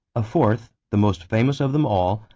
a fourth, the most famous of them all,